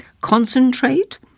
concentrate